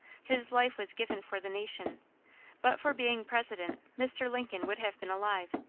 his life was given for the nation but for being president, mr. lincoln would have been alive,